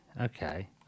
okay